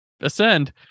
ascend